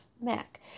Mac